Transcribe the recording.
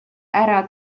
ära